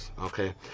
Okay